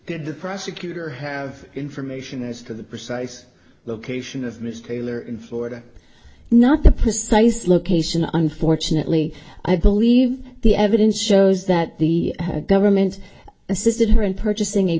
did the prosecutor have information as to the precise location of mr miller in florida not the precise location unfortunately i believe the evidence shows that the government assisted her in purchasing a